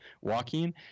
walking